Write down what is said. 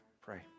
pray